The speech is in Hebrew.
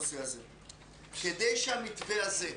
כדי שהמתווה הזה,